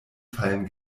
fallen